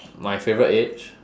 my favourite age